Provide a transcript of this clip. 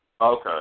Okay